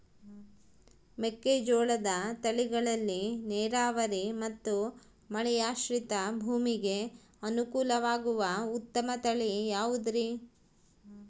ಮೆಕ್ಕೆಜೋಳದ ತಳಿಗಳಲ್ಲಿ ನೇರಾವರಿ ಮತ್ತು ಮಳೆಯಾಶ್ರಿತ ಭೂಮಿಗೆ ಅನುಕೂಲವಾಗುವ ಉತ್ತಮ ತಳಿ ಯಾವುದುರಿ?